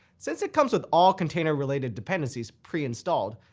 since it comes with all container-related dependencies pre-installed,